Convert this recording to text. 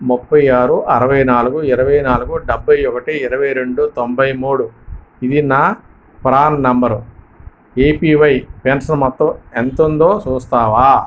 ముప్పై ఆరు అరవై నాలుగు ఇరవై నాలుగు డెబ్భై ఒకటి ఇరవై రెండు తొంభై మూడు ఇది నా పాన్ నంబరు ఏపివై పెన్షన్ మొత్తం ఎంతుందో చూస్తావా